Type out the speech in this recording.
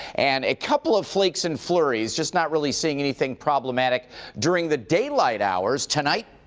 and a couple of flakes and flurries, just not really seeing anything problematic during the daylight hours. tonight,